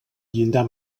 llindar